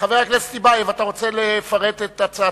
חבר הכנסת רוברט טיבייב, אתה רוצה לפרט את הצעתך?